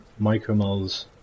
micromoles